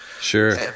Sure